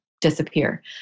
disappear